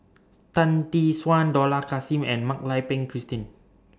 Tan Tee Suan Dollah Kassim and Mak Lai Peng Christine